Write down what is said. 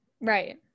Right